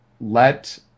let